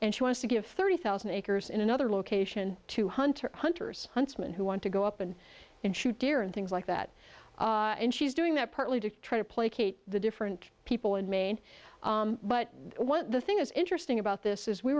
and she wants to give thirty thousand acres in another location to hunter hunters huntsman who want to go up and and shoot deer and things like that and she's doing that partly to try to placate the different people in maine but what the thing is interesting about this is we